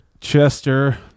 chester